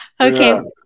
Okay